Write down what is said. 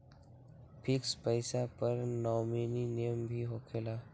Fix पईसा पर nominee name भी होकेला?